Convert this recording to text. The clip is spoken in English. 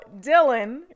dylan